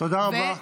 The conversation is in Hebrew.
תודה רבה.